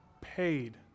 paid